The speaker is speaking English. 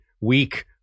weak